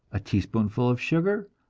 a teaspoonful of sugar,